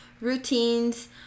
routines